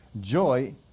Joy